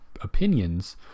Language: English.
opinions